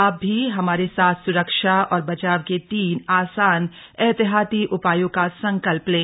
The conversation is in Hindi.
आप भी हमारे साथ सुरक्षा और बचाव के तीन आसान एहतियाती उपायों का संकल्प लें